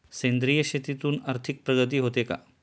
सेंद्रिय शेतीतून आर्थिक प्रगती होते का?